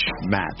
Match